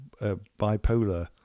bipolar